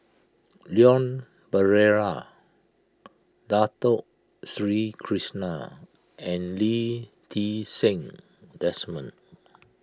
Leon Perera Dato Sri Krishna and Lee Ti Seng Desmond